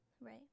Right